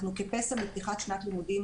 אנחנו כפסע מפתיחת שנת לימודים